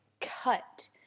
cut